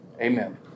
Amen